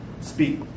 speak